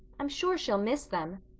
i'm sure she'll miss them.